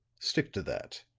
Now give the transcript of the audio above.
stick to that.